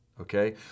Okay